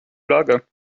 lager